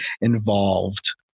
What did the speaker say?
involved